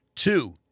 Two